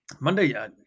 Monday